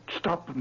stop